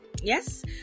Yes